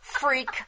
Freak